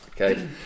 Okay